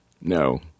No